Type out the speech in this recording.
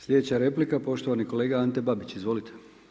Sljedeća replika poštovani kolega Ante Babić, izvolite.